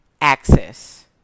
access